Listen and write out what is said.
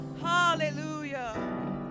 hallelujah